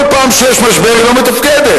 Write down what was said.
כל פעם שיש משבר היא לא מתפקדת.